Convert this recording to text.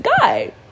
guy